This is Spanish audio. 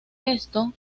esto